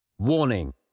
Warning